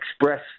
express